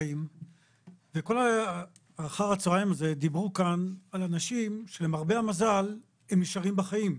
כל אחר הצוהריים הזה דיברו כאן על אנשים שלמרבה המזל הם נשארים בחיים,